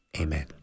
Amen